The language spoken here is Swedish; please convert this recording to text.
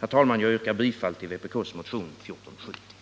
Herr talman! Jag yrkar bifall till vpk:s motion 1470. Tisdagen den